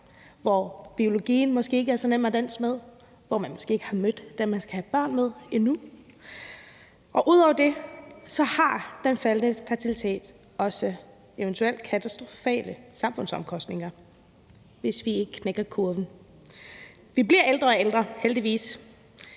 hvor biologien måske ikke er så nem at danse med, eller hvor man måske ikke har mødt den, man skal have børn med, endnu. Og ud over det har den faldende fertilitet også eventuelt katastrofale samfundsomkostninger, hvis vi ikke knækker kurven. Vi bliver ældre og ældre, heldigvis.